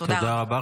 תודה רבה.